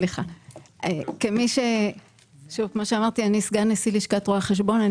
אני סגן נשיא לשכת רואי החשבון,